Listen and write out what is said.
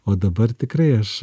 o dabar tikrai aš